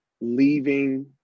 leaving